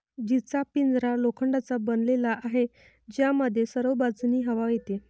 जीचा पिंजरा लोखंडाचा बनलेला आहे, ज्यामध्ये सर्व बाजूंनी हवा येते